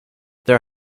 there